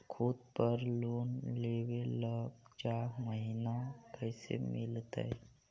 खूत पर लोन लेबे ल चाह महिना कैसे मिलतै?